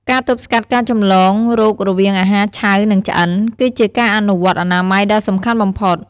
ការទប់ស្កាត់ការចម្លងរោគ្គរវាងអាហារឆៅ និងឆ្អិន គឺជាការអនុវត្តអនាម័យដ៏សំខាន់បំផុត។